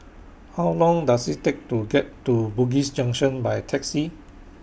How Long Does IT Take to get to Bugis Junction By Taxi